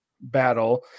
battle